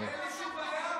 אין לי שום בעיה.